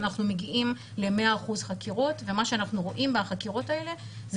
אנחנו מגיעים ל-100 אחוזי חקירות ומה שאנחנו רואים מהחקירות האלה זה